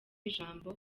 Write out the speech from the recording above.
ijambo